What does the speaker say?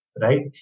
Right